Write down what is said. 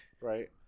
right